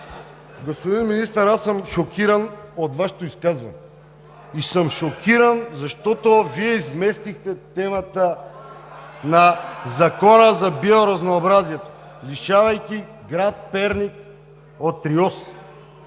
Господин Министър, аз съм шокиран от Вашето изказване. Шокиран съм, защото Вие изместихте темата от Закона за биоразнообразието, лишавайки град Перник от РИОСВ,